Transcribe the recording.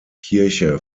kirche